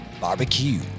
Barbecue